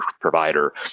provider